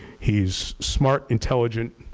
he's smart, intelligent,